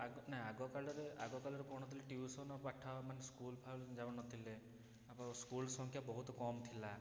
ଆଗ ନା ଆଗକାଳରେ ଆଗକାଳରେ କୌଣସି ଟିଉସନ୍ ପାଠ ମାନେ ସ୍କୁଲ୍ ଯାଉନଥିଲେ ସ୍କୁଲ୍ ସଂଖ୍ୟା ବହୁତ କମ୍ ଥିଲା